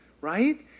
Right